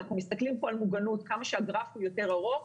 אנחנו מסתכלים כאן על מוגנות - שכמה הגרף הוא יותר ארוך,